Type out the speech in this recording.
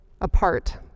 apart